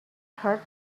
heard